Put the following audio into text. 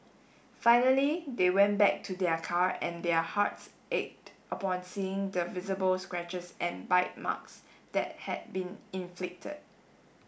finally they went back to their car and their hearts ached upon seeing the visible scratches and bite marks that had been inflicted